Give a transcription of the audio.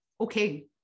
Okay